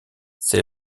c’est